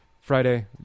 Friday